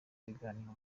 ibiganiro